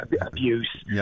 Abuse